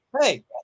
hey